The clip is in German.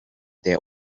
der